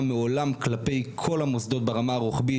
מעולם כלפי כל המוסדות ברמה הרוחבית.